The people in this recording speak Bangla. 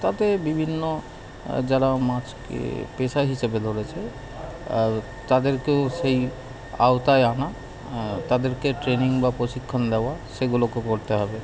তাতে বিভিন্ন যারা মাছকে পেশা হিসাবে ধরেছে আর তাদেরকেও সেই আওতায় আনা তাদেরকে ট্রেনিং বা প্রশিক্ষণ দেওয়া সেগুলোও করতে হবে